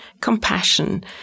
compassion